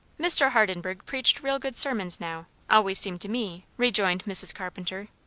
mr. hardenburgh preached real good sermons, now, always seemed to me, rejoined mrs. carpenter.